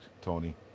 Tony